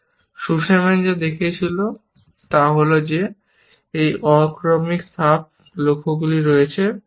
Sussman যা দেখিয়েছিলেন তা হল যে এই অ ক্রমিক সাব লক্ষ্যগুলি রয়েছে মূলত